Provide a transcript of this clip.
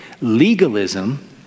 Legalism